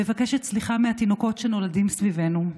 מבקשת סליחה מהתינוקות שנולדים סביבנו,